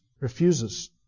refuses